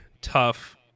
tough